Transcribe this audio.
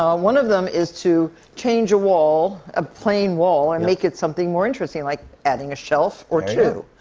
ah one of them is to change a wall, a plain wall, and make it something more interesting, like adding a shelf or two.